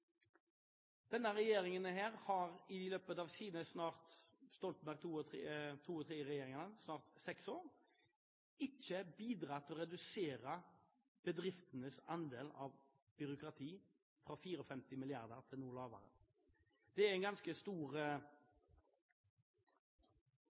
Denne regjeringen – Stoltenberg-regjeringene – har i løpet av sine snart seks år ikke bidratt til å redusere bedriftenes andel av byråkrati fra 54 mrd. kr til noe lavere. Det er en ganske stor